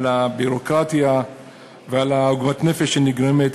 על הביורוקרטיה ועל עוגמת הנפש שנגרמת